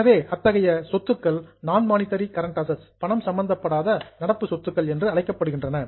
எனவே அத்தகைய சொத்துக்கள் நான் மானிட்டரி கரண்ட் அசட்ஸ் பணம் சம்பந்தப்படாத நடப்பு சொத்துக்கள் என்று அழைக்கப்படுகின்றன